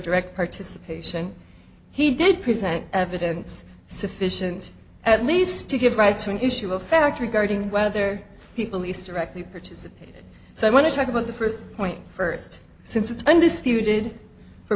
direct participation he did present evidence sufficient at least to give rise to an issue of fact regarding whether people easter actually participated so i want to talk about the first point first since it's undisputed for